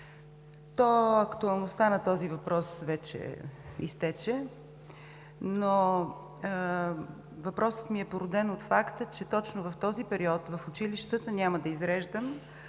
Актуалността на този въпрос вече изтече, но въпросът ми е породен от факта, че точно в този период в училищата – няма да изреждам,